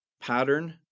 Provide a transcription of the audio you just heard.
pattern